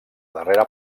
darrera